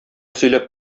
сөйләп